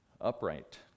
upright